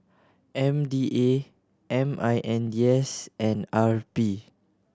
M D A M I N D S and R P